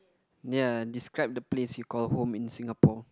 ya describe the place you call home in Singapore